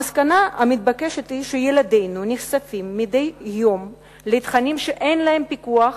המסקנה המתבקשת היא שילדינו נחשפים מדי יום לתכנים שאין עליהם פיקוח,